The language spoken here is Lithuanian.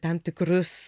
tam tikrus